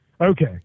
okay